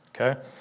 Okay